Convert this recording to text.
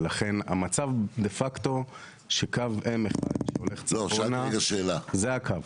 המצב דה פקטו שקו M1 שהולך צפונה זה הקו.